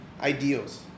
ideals